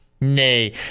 Nay